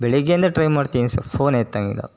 ಬೆಳಿಗ್ಗೆಯಿಂದ ಟ್ರೈ ಮಾಡ್ತಿದೀನಿ sir phone ಎತ್ತೋಂಗಿಲ್ಲ